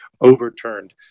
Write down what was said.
overturned